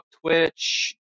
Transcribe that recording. Twitch